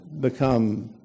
become